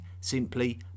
simply